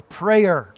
prayer